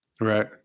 right